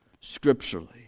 scripturally